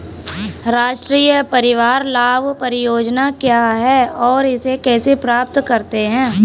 राष्ट्रीय परिवार लाभ परियोजना क्या है और इसे कैसे प्राप्त करते हैं?